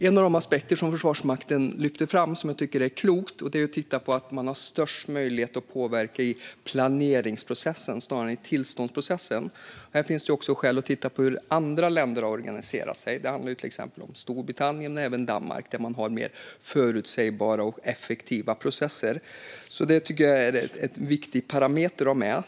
En av de aspekter som Försvarsmakten lyfter fram, och som jag tycker är klokt, är att titta på att man har störst möjlighet att påverka i planeringsprocessen snarare än i tillståndsprocessen. Här finns också skäl att titta på hur andra länder har organiserat sig. Det handlar till exempel om Storbritannien och även Danmark. Där har man mer förutsägbara och effektiva processer. Det är en viktig parameter att ha med.